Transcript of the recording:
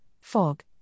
fog